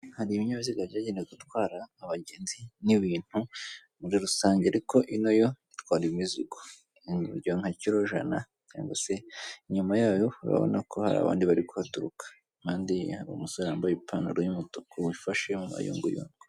Hari ibinyabiziga byagenewe gutwara abagenzi n'ibintu muri rusange, ariko ino yo itwara imizigo nka kiro jana, cyangwa se inyuma y'ayo urabona ko hari abandi bari kuhaturuka, impande ye hari umusore wambaye ipantaro y'umutuku, wifashe mu mayunguyungo.